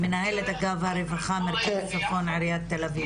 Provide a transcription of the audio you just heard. מנהלת אגף הרווחה מרכז צפון עיריית תל אביב.